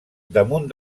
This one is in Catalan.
damunt